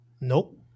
Nope